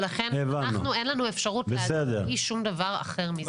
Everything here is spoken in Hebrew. ולכן אנחנו אין לנו אפשרות להביא שום דבר אחר חוץ מזה.